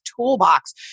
toolbox